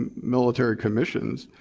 military commissions,